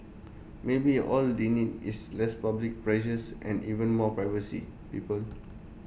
maybe all they need is less public pressures and even more privacy people